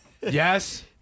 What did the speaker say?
yes